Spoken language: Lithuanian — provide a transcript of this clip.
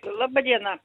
laba diena